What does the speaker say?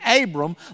Abram